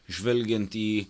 žvelgiant į